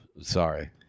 sorry